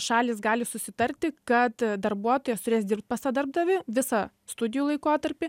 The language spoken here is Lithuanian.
šalys gali susitarti kad darbuotojas turės dirbt pas tą darbdavį visą studijų laikotarpį